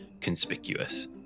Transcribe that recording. conspicuous